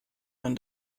man